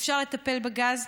אפשר לטפל בגז,